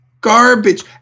Garbage